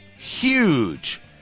huge